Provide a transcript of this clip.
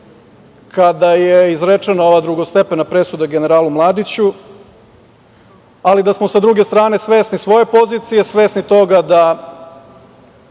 kada je izrečena ova drugostepena presuda generalu Mladiću, ali da smo, sa druge strane, svesni svoje pozicije, svesni toga da